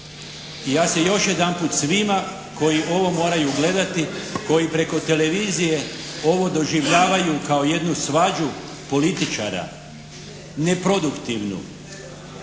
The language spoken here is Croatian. ja se još jedanput svima koji ovo moraju gledati, koji preko televizije ovo doživljavaju kao jednu svađu političara neproduktivnu.